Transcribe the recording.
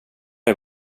jag